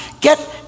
Get